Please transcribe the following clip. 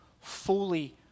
fully